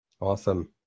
Awesome